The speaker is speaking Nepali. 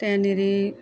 त्यहाँनेरी